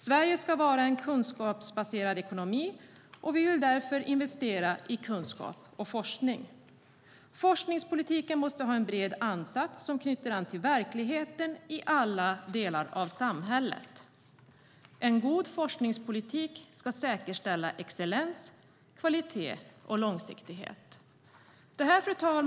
Sverige ska vara en kunskapsbaserad ekonomi, och vi vill därför investera i kunskap och forskning. Forskningspolitiken måste ha en bred ansats som knyter an till verkligheten i alla delar av samhället. En god forskningspolitik ska säkerställa excellens, kvalitet och långsiktighet.